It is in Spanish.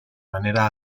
manera